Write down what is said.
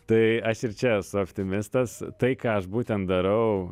tai aš ir čia esu optimistas tai ką aš būtent darau